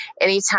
anytime